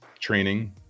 training